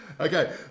Okay